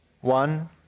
one